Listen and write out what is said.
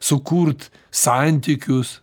sukurt santykius